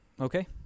okay